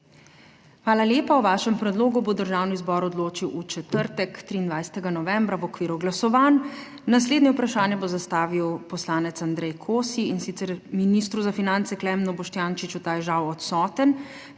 Hvala lepa. O vašem predlogu bo Državni zbor odločil v četrtek, 23. novembra, v okviru glasovanj. Naslednje vprašanje bo zastavil poslanec Andrej Kosi, in sicer ministru za finance Klemnu Boštjančiču, ta je žal odsoten,